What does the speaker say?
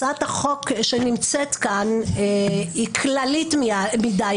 הצעת החוק שנמצאת כאן היא כללית מדי,